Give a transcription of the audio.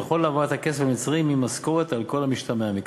וכל העברת הכסף למלצרים היא משכורת על כל המשתמע מכך.